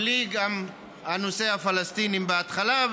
בלי נושא הפלסטינים בהתחלה,